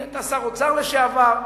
אתה שר אוצר לשעבר.